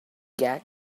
get